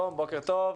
בוקר טוב.